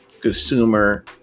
consumer